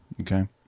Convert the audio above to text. Okay